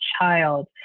child